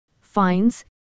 fines